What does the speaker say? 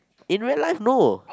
in real life no